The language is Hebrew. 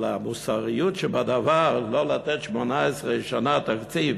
אבל המוסריות שבדבר, לא לתת 18 שנה תקציב